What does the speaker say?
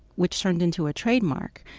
which turned into a trademark,